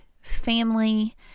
family